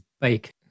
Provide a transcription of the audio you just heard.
bacon